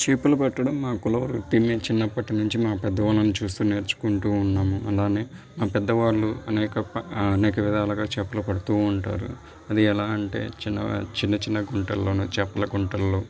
చేపలు పట్టడం మా కుల వృత్తి మేము చిన్నప్పటి నుంచి మా పెద్దవాళ్ళని చూస్తు నేర్చుకుంటూ ఉన్నాము అలాగే మా పెద్దవాళ్ళు అనేక ప అనేక విధాలుగా చేపలు పడుతు ఉంటారు అది ఎలా అంటే చిన్నవే చిన్ని చిన్న గుంటలలో చేపల గుంటలలో